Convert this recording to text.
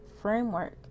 framework